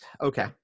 Okay